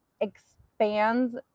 expands